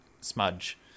smudge